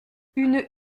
une